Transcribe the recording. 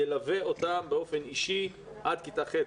ילווה אותם באופן אישי עד כיתה ח',